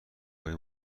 های